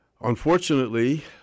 Unfortunately